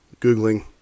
Googling